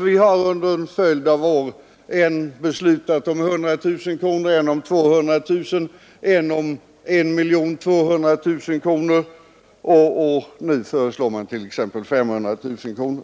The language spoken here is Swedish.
Vi har alltså under en följd av år beslutat om 100 000 kronor, 200 000 kronor, 1 200 000 kronor, och nu föreslås 500 000 kronor.